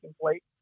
plate